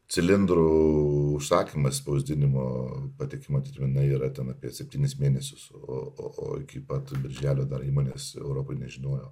cilindrų užsakymas spausdinimo pateikimo terminai yra ten apie septynis mėnesius o o o iki pat birželio dar įmonės europoj nežinojo